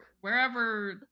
wherever